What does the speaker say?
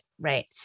Right